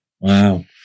Wow